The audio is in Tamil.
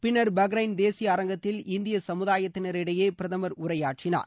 பின்னர் பஹ்ரைன் தேசிய அரங்கத்தில் இந்திய சமுதாயத்தினரிடையே பிரதமர் உரையாற்றினார்